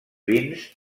vins